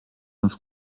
uns